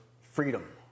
freedom